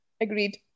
Agreed